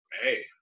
hey